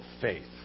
faith